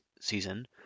season